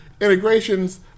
integrations